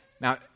Now